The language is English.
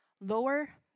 lower